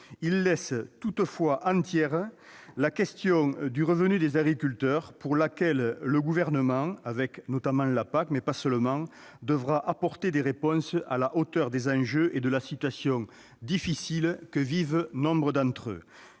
loi laisse entière la question du revenu des agriculteurs à laquelle le Gouvernement, notamment à travers la PAC, devra apporter des réponses à la hauteur des enjeux et de la situation difficile que vivent nombre d'entre eux.